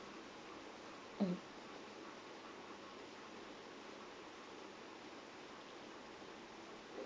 mmhmm